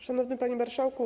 Szanowny Panie Marszałku!